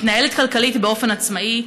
מתנהלת כלכלית באופן עצמאי,